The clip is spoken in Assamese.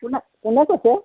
কোনে কোনে কৈছে